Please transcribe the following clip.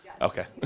Okay